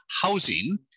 Housing